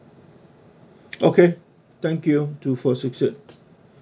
okay thank you two four six eight